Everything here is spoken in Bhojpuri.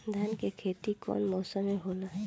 धान के खेती कवन मौसम में होला?